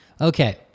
okay